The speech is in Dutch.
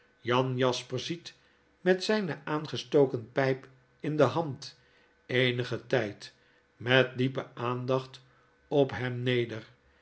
jan jasper ziet met zijne aangestoken pflp in de hand eenigen tijd met diepe aandacht op hem neder